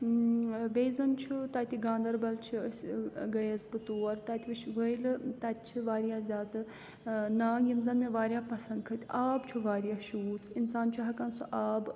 بیٚیہِ زَن چھُ تَتہِ گاندَربَل چھِ أسۍ گٔیَس بہٕ تور تَتہِ وٕچھ وٲیلہٕ تَتہِ چھِ واریاہ زیادٕ ناگ یِم زَن مےٚ واریاہ پَسنٛد کھٔتۍ آب چھُ واریاہ شوٗژ اِنسان چھُ ہٮ۪کان سُہ آب